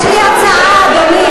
יש לי הצעה, אדוני.